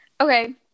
Okay